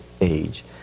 age